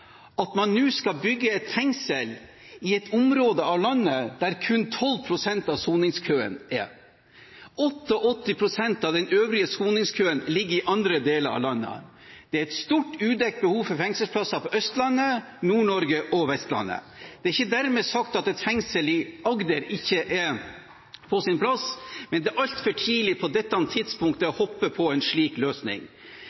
at man nå skal bygge et fengsel i et område av landet der kun 12 pst. av soningskøen er. 88 pst. av den øvrige soningskøen ligger i andre deler av landet. Det er et stort udekt behov for fengselsplasser på Østlandet, i Nord-Norge og på Vestlandet. Det er ikke dermed sagt at et fengsel i Agder ikke er på sin plass, men det er altfor tidlig på dette tidspunktet å